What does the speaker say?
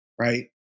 right